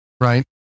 Right